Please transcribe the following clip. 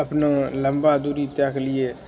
अपना लम्बा दुरी तय के लिए